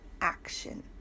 action